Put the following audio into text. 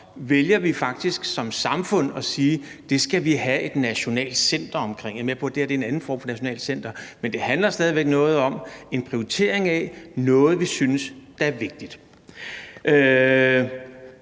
vælger vi faktisk som samfund at sige at vi skal have et nationalt center for. Jeg er med på, at det her er en anden form for nationalt center, men det handler stadig væk om noget med en prioritering af noget, vi synes er vigtigt.